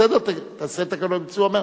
בסדר, תעשה תקנות ביצוע מהר.